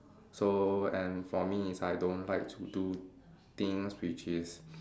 so and for me is I don't like to do things which is